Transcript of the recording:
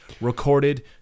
recorded